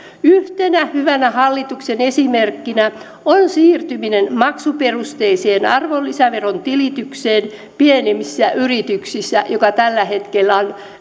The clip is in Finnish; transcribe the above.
yhtenä hyvänä hallituksen esimerkkinä on siirtyminen maksuperusteiseen arvonlisäveron tilitykseen pienemmissä yrityksissä tällä hetkellä